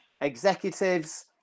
executives